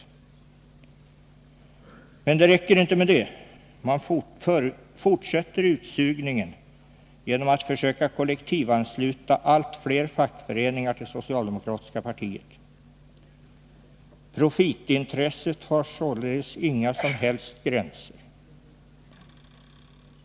Men det räcker inte med detta; man fortsätter utsugningen genom att försöka kollektivansluta allt fler fackföreningar till socialdemokratiska partiet. Profitintresset har tydligen inga som helst gränser.